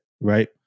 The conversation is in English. right